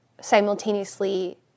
simultaneously